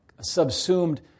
subsumed